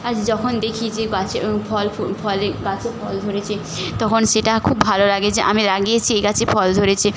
আজ যখন দেখি যে গাছে ফল ফুল ফলে গাছে ফল ধরেছে তখন সেটা খুব ভালো লাগে যে আমি লাগিয়েছি এই গাছে ফল ধরেছে